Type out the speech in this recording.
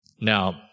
Now